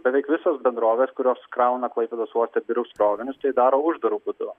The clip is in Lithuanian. beveik visos bendrovės kurios krauna klaipėdos uoste birius krovinius tai daro uždaru būdu